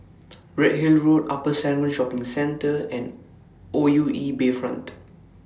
Redhill Road Upper Serangoon Shopping Centre and O U E Bayfront